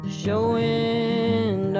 showing